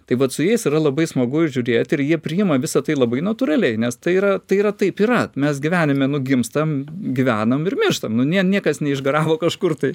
taip vat su jais yra labai smagu žiūrėti ir jie priima visa tai labai natūraliai nes tai yra tai yra taip yra mes gyvenime nu gimstam gyvenam ir mirštam nu niekas neišgaravo kažkur tai